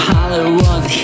Hollywood